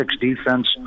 defense